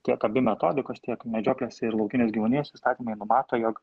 tiek abi metodikos tiek medžioklės ir laukinės gyvūnijos įstatymai numato jog